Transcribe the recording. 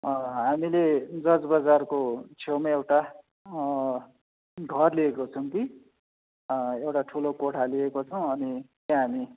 हामीले जज बजारको छेउमै एउटा घर लिएको छौँ कि एउटा ठुलो कोठा लिएको छौँ अनि त्यहाँ हामी